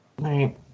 Right